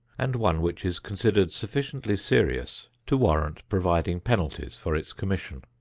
and one which is considered sufficiently serious to warrant providing penalties for its commission.